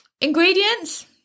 ingredients